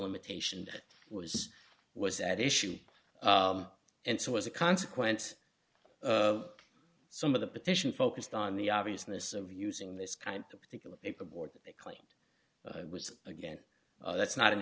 limitation that was was at issue and so as a consequence of some of the petition focused on the obviousness of using this kind of particular paper board they claimed it was again that's not an